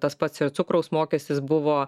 tas pats ir cukraus mokestis buvo